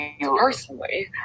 Personally